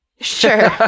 Sure